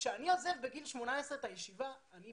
כשאני עוזב בגיל 18 את הישיבה, אני